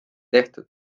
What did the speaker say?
tehtud